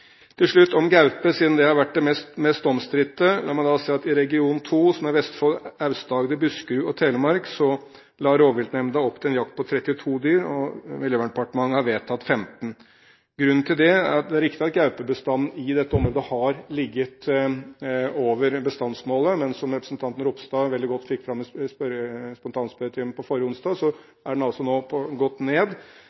Til slutt, om gaupe, siden det har vært det mest omstridte: La meg si at i region 2, som er Vestfold, Aust-Agder, Buskerud og Telemark, la rovviltnemnda opp til en jakt på 32 dyr, og Miljøverndepartementet har vedtatt 15. Grunnen til det er at riktignok har gaupebestanden i dette området ligget over bestandsmålet, men som representanten Ropstad veldig godt fikk fram i spontanspørretimen forrige onsdag,